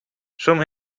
some